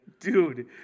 Dude